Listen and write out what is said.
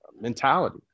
mentality